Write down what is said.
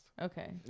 Okay